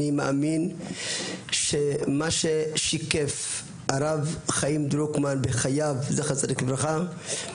מאמין שמה ששיקף הרב חיים דרוקמן זצ"ל בחייו,